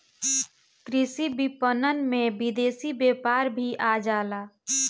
कृषि विपणन में विदेशी व्यापार भी आ जाला